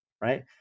Right